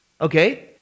Okay